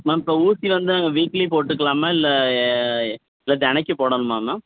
ma'am இப்போ ஊசி வந்து வீக்லி போட்டுக்கலாமா இல்லை இல்லை தெனக்கும் போடணுமா மேம்